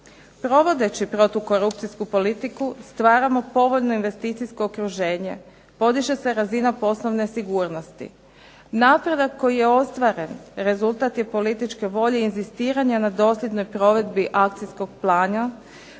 Provodeći protukorupcijsku politiku stvaramo povoljno investicijsko okruženje, podiže se razina poslovne sigurnosti. Napredak koji je ostvaren rezultat je političke volje i inzistiranja na dosljednoj provedbi akcijskog plana,